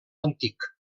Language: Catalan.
antic